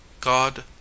God